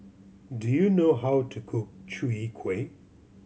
do you know how to cook Chwee Kueh